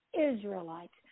Israelites